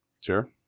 Sure